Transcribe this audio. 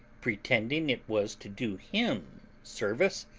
pretending it was to do him service,